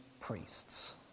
priests